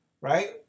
right